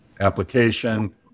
application